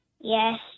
Yes